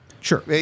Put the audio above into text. Sure